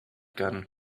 gun